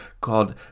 called